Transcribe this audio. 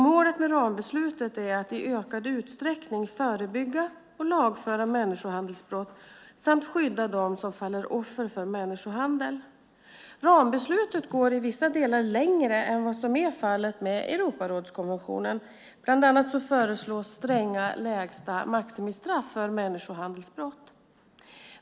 Målet med rambeslutet är att i ökad utsträckning förebygga och lagföra människohandelsbrott samt skydda dem som faller offer för människohandel. Rambeslutet går i vissa delar längre än vad som är fallet med Europarådskonventionen. Bland annat föreslås stränga lägsta maximistraff för människohandelsbrott.